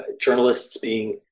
journalists—being